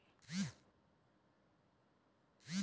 हमरा एगो एफ.डी खोले के हवे त कैसे खुली?